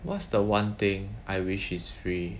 what's the one thing I wish is free